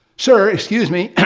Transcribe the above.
sir, excuse me.